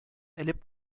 элеп